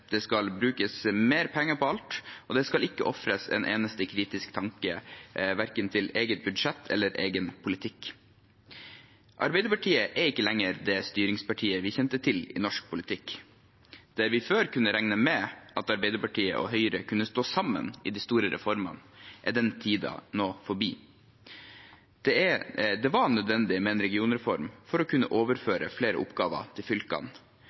Det skal reverseres, det skal brukes mer penger på alt, og verken eget budsjett eller egen politikk skal ofres en eneste kritisk tanke. Arbeiderpartiet er ikke lenger det styringspartiet vi kjente fra norsk politikk. Mens vi før kunne regne med at Arbeiderpartiet og Høyre sto sammen om de store reformene, er den tiden nå forbi. Det var nødvendig med en regionreform for å kunne overføre flere oppgaver til fylkene